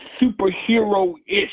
superhero-ish